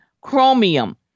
chromium